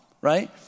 right